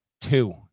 two